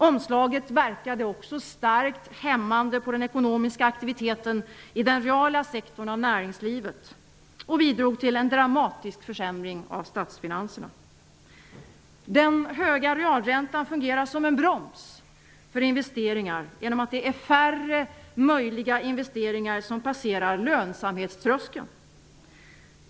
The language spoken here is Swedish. Omslaget verkade också starkt hämmande på den ekonomiska aktiviteten i den reala sektorn av näringslivet och bidrog till en dramatisk försämring av statsfinanserna. Den höga realräntan fungerar som en broms för investeringar genom att det är färre möjliga investeringar som så att säga passerar lönsamhetströskeln.